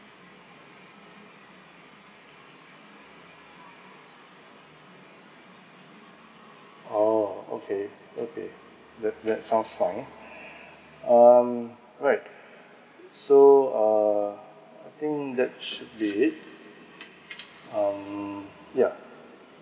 oh okay okay that that's sounds fine um right so uh I think that should be um yeah